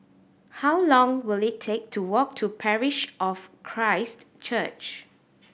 how long will it take to walk to Parish of Christ Church